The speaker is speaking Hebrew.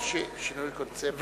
זה שינוי קונספציה.